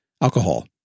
alcohol